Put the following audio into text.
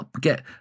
get